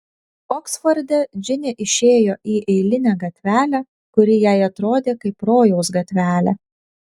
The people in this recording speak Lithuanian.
oksforde džinė išėjo į eilinę gatvelę kuri jai atrodė kaip rojaus gatvelė